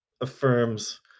affirms